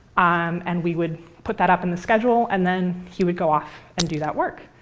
um and we would put that up in the schedule and then he would go off and do that work.